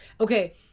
okay